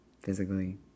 Physically